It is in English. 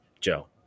Joe